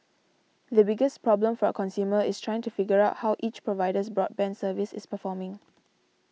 the biggest problem for a consumer is trying to figure out how each provider's broadband service is performing